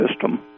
system